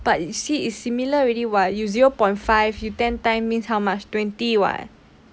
but you see is similar already [what] you zero point five you ten time means how march twenty [what]